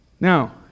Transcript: Now